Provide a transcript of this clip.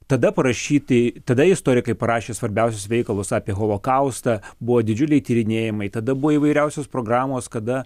tada parašyti tada istorikai parašė svarbiausius veikalus apie holokaustą buvo didžiuliai tyrinėjimai tada buvo įvairiausios programos kada